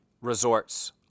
resorts